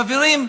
חברים,